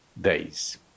days